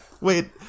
Wait